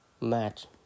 match